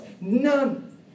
None